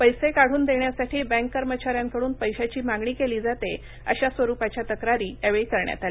पैसे काढून देण्यासाठी बँक कर्मचा यांकडून पैशांची मागणी केली जाते अशा स्वरूपाच्या तक्रारी यावेळी करण्यात आल्या